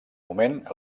moment